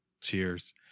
Cheers